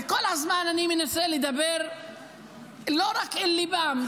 כל הזמן אני מנסה לדבר לא רק אל ליבם,